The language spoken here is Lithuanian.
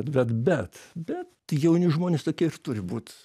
bet bet bet jauni žmonės tokie ir turi būt